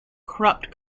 corrupt